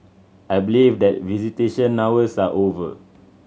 I believe that visitation hours are over